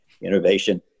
innovation